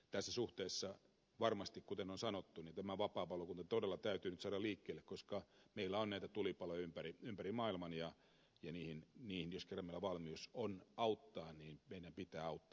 tässä suhteessa varmasti kuten on sanottu tämä vapaapalokunta todella täytyy nyt saada liikkeelle koska meillä on näitä tulipaloja ympäri maailman ja niissä jos kerran meillä valmius on auttaa meidän pitää auttaa